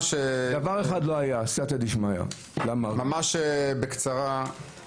אדבר ממש בקצרה.